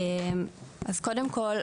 קודם כל,